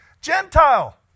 Gentile